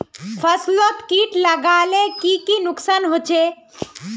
फसलोत किट लगाले की की नुकसान होचए?